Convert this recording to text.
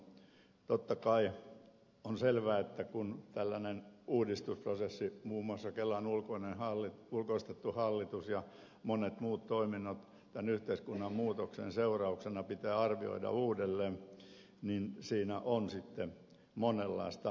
totta kai on selvää että kun on tällainen uudistusprosessi muun muassa kelan ulkoistettu hallitus ja monet muut toiminnot tämän yhteiskunnan muutoksen seurauksena pitää arvioida uudelleen niin siinä on sitten monenlaista ongelmaa ja tehtävää